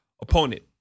opponent